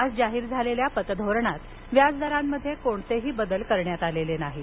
आज जाहीर झालेल्या पतधोरणात व्याजदरांमध्ये कोणतेही बदल करण्यात आलेले नाहीत